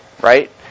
right